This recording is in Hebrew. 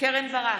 קרן ברק,